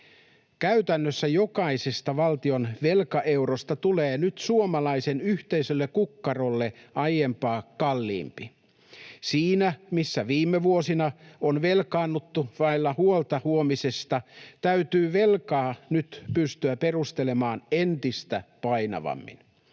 Käytännössä jokaisesta valtion velkaeurosta tulee nyt suomalaisten yhteiselle kukkarolle aiempaa kalliimpi. Siinä missä viime vuosina on velkaannuttu vailla huolta huomisesta, täytyy velkaa nyt pystyä perustelemaan entistä painavammin.